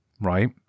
right